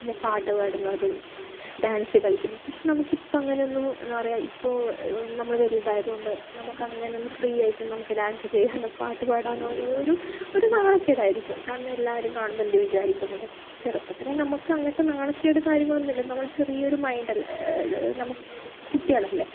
പാട്ട് പാടുന്നതും ഡാൻസ് കളിക്കുന്നു പക്ഷെ നമ്മൾക്ക് ഇപ്പം അങ്ങനെയൊന്നും എന്ന പറയുക ഇപ്പോൾ നമ്മൾ വലുതായത് കൊണ്ട് നമുക്കങ്ങനെ ഒന്നും നമുക്ക് ഫ്രീയായിട്ട് നമ്മൾക്ക് ഡാന്സ് ചെയ്യാനോ പാട്ടുപാടാനോ ഒരു ഒരു നാണക്കേടായിരിക്കും കാരണം എല്ലാവരും കാണുമ്പം എന്ത് വിചാരിക്കും എന്നുള്ള ചെറുപ്പത്തിൽ നമുക്ക് അങ്ങനത്തെ നാണക്കേടും കാര്യങ്ങളും ഒന്നുമില്ല നമ്മൾ ചെറിയ ഒരു മൈന്ഡല്ലെ നമുക്ക് കുട്ടികളല്ലെ